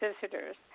visitors